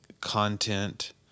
content